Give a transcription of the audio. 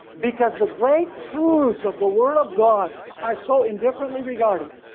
because the great truths of the word of god are so indifferently regarded,